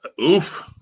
Oof